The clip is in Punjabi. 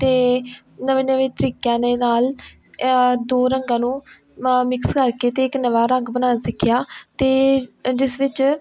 ਅਤੇ ਨਵੇਂ ਨਵੇਂ ਤਰੀਕਿਆਂ ਦੇ ਨਾਲ ਦੋ ਰੰਗਾਂ ਨੂੰ ਮ ਮਿਕਸ ਕਰ ਕੇ ਅਤੇ ਇੱਕ ਨਵਾਂ ਰੰਗ ਬਣਨਾ ਸਿੱਖਿਆ ਅਤੇ ਜਿਸ ਵਿੱਚ